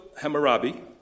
Hammurabi